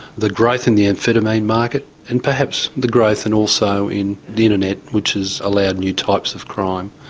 the growth in the amphetamine market and perhaps the growth and also in the internet, which has allowed new types of crime,